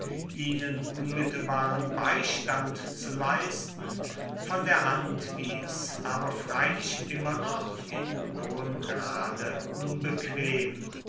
ihnen unmittelbaren beistand zu leisten von der hand wies aber freilich immer noch in hohem grade unbequem